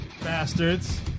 Bastards